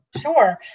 sure